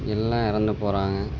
எல்லாம் இறந்துப் போகறாங்க